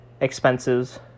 expenses